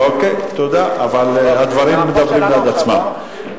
אוקיי, תודה, אבל הדברים מדברים בעד עצמם.